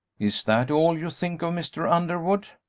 is that all you think of, mr. underwood?